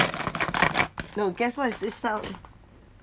no guess what is this sound